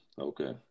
Okay